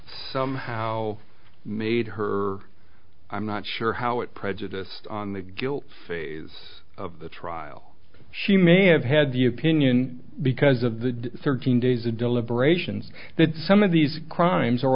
somehow made her i'm not sure how it prejudice on the guilt phase of the trial she may have had the opinion because of the thirteen days of deliberations that some of these crimes